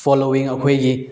following ꯑꯩꯈꯣꯏꯒꯤ